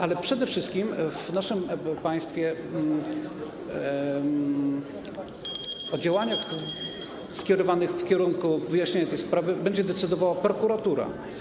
Ale przede wszystkim w naszym państwie (Gwar na sali, dzwonek) o działaniach skierowanych w kierunku wyjaśnienia tej sprawy będzie decydowała prokuratura.